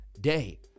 day